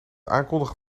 aankondigen